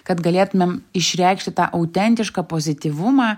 kad galėtumėm išreikšti tą autentišką pozityvumą